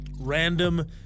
random